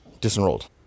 disenrolled